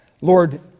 Lord